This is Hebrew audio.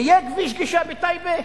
יהיה כביש גישה בטייבה?